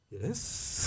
Yes